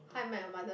How-I-Met-Your-Mother